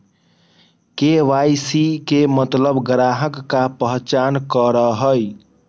KYC के मतलब ग्राहक का पहचान करहई?